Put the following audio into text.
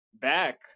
back